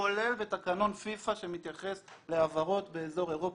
כולל בתקנון פיפ"א שמתייחס להעברות באזור אירופה,